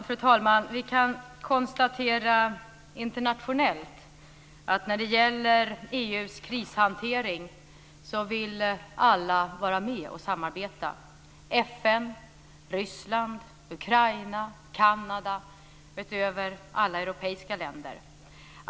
Fru talman! Vi kan konstatera internationellt att när det gäller EU:s krishantering vill alla vara med och samarbeta: FN, Ryssland, Ukraina, och Kanada utöver alla europeiska länder.